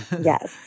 Yes